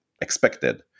expected